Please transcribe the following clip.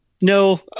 No